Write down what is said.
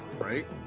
Right